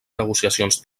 negociacions